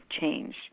change